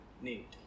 need